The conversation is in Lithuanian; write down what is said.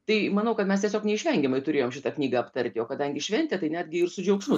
tai manau kad mes tiesiog neišvengiamai turėjom šitą knygą aptarti o kadangi šventė tai netgi ir su džiaugsmu